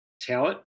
talent